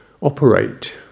operate